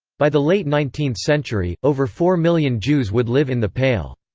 by the late nineteenth century, over four million jews would live in the pale.